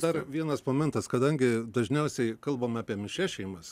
dar vienas momentas kadangi dažniausiai kalbam apie mišrias šeimas